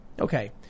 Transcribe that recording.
Okay